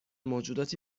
موجوداتی